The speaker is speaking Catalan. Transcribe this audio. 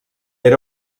era